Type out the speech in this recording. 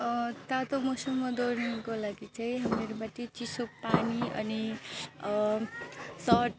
तातो मौसममा दौडिनुको लागि चाहिँ मेरोपट्टि चिसो पानी अनि सर्ट